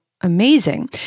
amazing